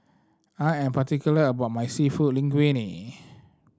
I am particular about my Seafood Linguine